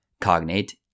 cognate